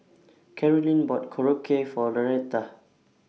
Caroline bought Korokke For Loretta